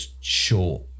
short